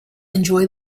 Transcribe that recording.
enjoy